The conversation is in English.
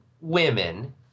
women